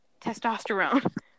testosterone